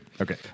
Okay